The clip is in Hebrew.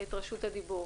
את רשות הדיבור.